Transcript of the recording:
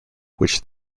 which